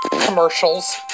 Commercials